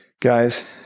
Guys